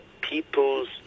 people's